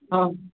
હં